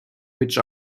which